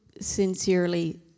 sincerely